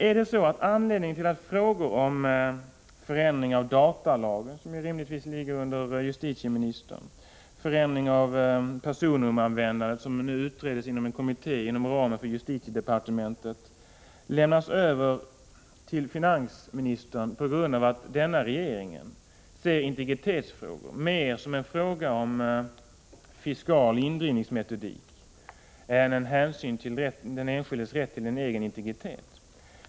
Är det så att frågor om förändring av datalagen, som rimligtvis ligger under justitiedepartementet, och om förändring av personnummeranvändning, som utreds av en kommitté inom justitiedepartementet, lämnas över till finansministern på grund av att denna regering ser integritetsfrågan mer som en fråga om fiskal indrivningsmetodik än en fråga om hänsyn till den enskildes rätt till integritet?